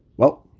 well,